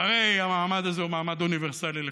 והרי המעמד הזה הוא מעמד אוניברסלי לחלוטין.